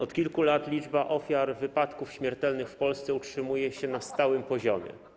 Od kilku lat liczba ofiar wypadków śmiertelnych w Polsce utrzymuje się na stałym poziomie.